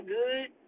good